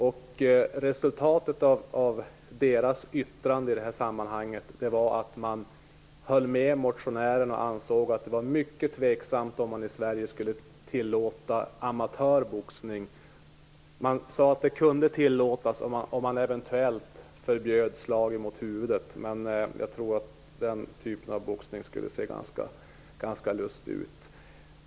I Svenska Läkaresällskapets yttrande höll man med motionären om att det var mycket tveksamt att man i Sverige skulle tillåta amatörboxning. Man sade att det eventuellt kunde tillåtas om slag mot huvudet förbjöds. Men jag tror att den typen av boxning skulle se ganska lustig ut.